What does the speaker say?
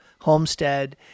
homestead